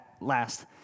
last